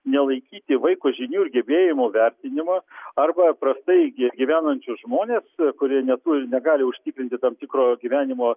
nelaikyti vaiko žinių ir gebėjimų vertinimo arba prastai gi gyvenančius žmones kurie neturi negali užtikrinti tam tikro gyvenimo